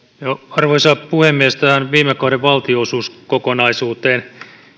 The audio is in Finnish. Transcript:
arvoisa puhemies tähän viime kauden valtionosuuskokonaisuuteen